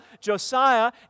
Josiah